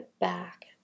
back